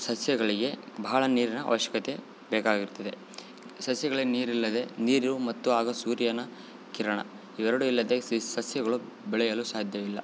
ಸಸ್ಯಗಳಿಗೆ ಬಹಳ ನೀರಿನ ಅವಶ್ಯಕತೆ ಬೇಕಾಗಿರುತ್ತದೆ ಸಸ್ಯಗಳಿಗೆ ನೀರಿಲ್ಲದೆ ನೀರು ಮತ್ತು ಆಗ ಸೂರ್ಯನ ಕಿರಣ ಇವೆರಡು ಇಲ್ಲದೆ ಸಿ ಸಸ್ಯಗಳು ಬೆಳೆಯಲು ಸಾಧ್ಯವಿಲ್ಲ